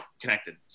connected